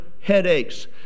headaches